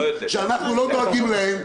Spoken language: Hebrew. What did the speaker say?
שאנחנו לא דואגים להם,